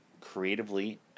creatively